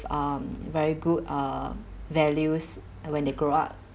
um very good uh values when they grow up